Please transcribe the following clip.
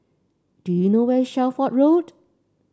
do you know where is Shelford Road